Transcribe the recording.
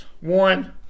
One